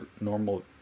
normal